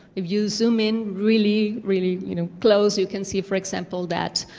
if you zoom in really, really you know close, you can see, for example, that